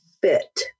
fit